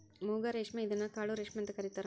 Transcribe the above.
ಮೂಗಾ ರೇಶ್ಮೆ ಇದನ್ನ ಕಾಡು ರೇಶ್ಮೆ ಅಂತ ಕರಿತಾರಾ